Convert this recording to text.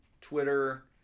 twitter